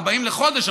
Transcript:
40 לחודש,